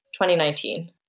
2019